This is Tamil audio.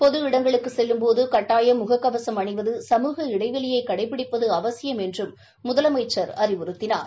பொது இடங்களுக்கு செல்லும் போது கட்டாயம் முகக்கவசம் அணிவது சமூக இடைவெளியை கடைபிடிப்பது அவசியம் என்றும் முதலமைச்சர் அறிவுறுத்தினார்